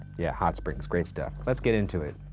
yeah, hot springs, great stuff. let's get into it.